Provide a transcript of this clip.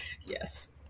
Yes